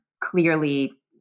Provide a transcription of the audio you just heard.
clearly